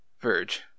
Verge